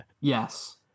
Yes